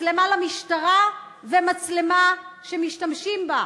מצלמה למשטרה ומצלמה שמשתמשים בה.